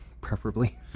preferably